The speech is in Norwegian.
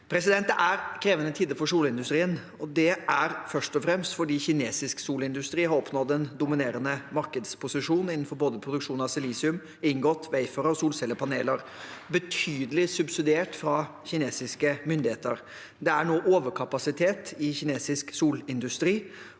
i Europa. Det er krevende tider for solindustrien, og det er først og fremst fordi kinesisk solindustri har oppnådd en dominerende markedsposisjon innenfor både produksjonen av silisium, ingoter og wafere og solcellepaneler, betydelig subsidiert av kinesiske myndigheter. Det er nå overkapasitet i kinesisk solindustri.